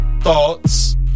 thoughts